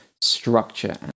structure